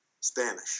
Spanish